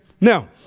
now